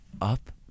up